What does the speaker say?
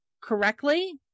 correctly